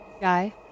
Guy